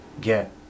get